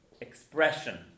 expression